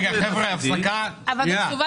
אבל לפני